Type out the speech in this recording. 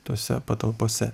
tose patalpose